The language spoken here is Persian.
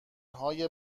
های